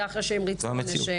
זה אחרי שהם ריצו עונש.